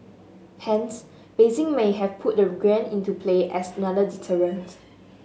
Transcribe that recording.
hence Beijing may have put the yuan into play as another deterrent